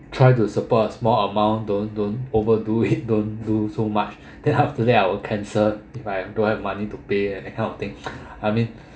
try to support a small amount don't don't overdo it don't do so much then after that I will cancel if I don't have money to pay this kind of thing I mean